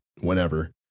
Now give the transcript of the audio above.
whenever